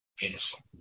Yes